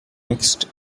mixed